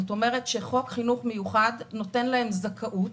שחוק חינוך מיוחד נותן להם זכאות,